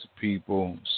people